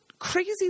crazy